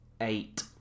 eight